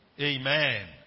Amen